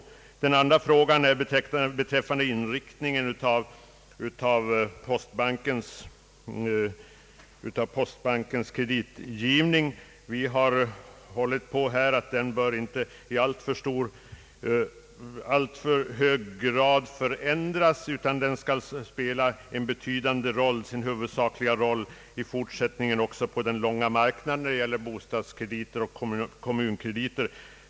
Beträffande den andra frågan som gäller inriktningen av postbankens kreditgivning har vi reservanter hållit på den uppfattningen att denna inriktning inte bör förändras i alltför hög grad utan att postbanken alltjämt skall spela sin huvudsakliga roll på den långa marknaden i fråga om bostadskrediter och kommunkrediter.